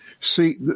see